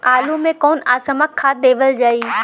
आलू मे कऊन कसमक खाद देवल जाई?